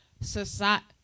society